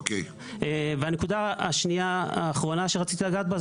הנקודה השנייה והאחרונה שרציתי לגעת בה,